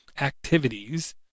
activities